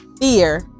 Fear